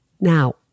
Now